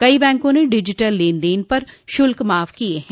कई बैंकों ने डिजिटल लेन देन पर शुल्क माफ किए हैं